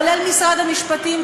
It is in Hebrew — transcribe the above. כולל משרד המשפטים,